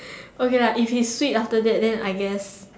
okay lah if he is sweet after that then I guess